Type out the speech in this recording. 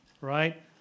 right